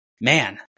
man